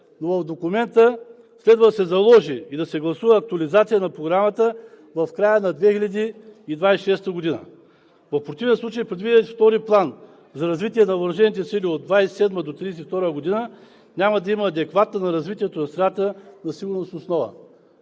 но в документа следва да се заложи и да се гласува актуализация на Програмата в края на 2026 г. В противен случай е предвиден и втори план за развитие на въоръжените сили от 2027-а до 2032 г. и няма да има адекватна на развитието на средата на сигурност основа.